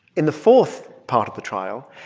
in the fourth part of the trial,